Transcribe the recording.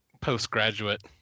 postgraduate